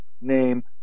name